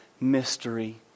mystery